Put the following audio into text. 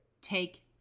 Take